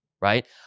right